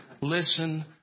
listen